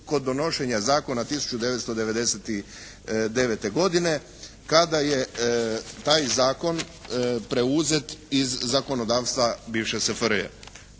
kod donošenja zakona 1999. godine kada je taj zakon preuzet iz zakonodavstva bivše SFRJ.